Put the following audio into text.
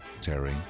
terry